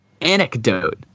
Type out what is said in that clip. anecdote